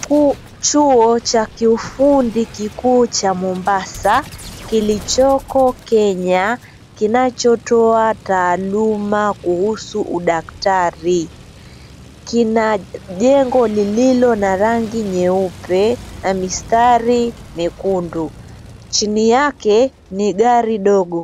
Chuo cha kiufundi kikuu cha Mombasa kilichoko Kenya kinachotoa taaluma kuhusu udaktari kina jengo lililo na rangi nyeupe na mistari miekundu. Chini yake ni gari dogo.